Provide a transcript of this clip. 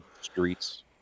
streets